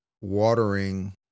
watering